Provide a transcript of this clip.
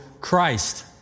Christ